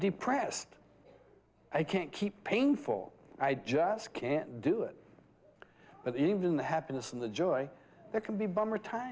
depressed i can't keep painful i just can't do it but even the happiness and the joy that can be bomber time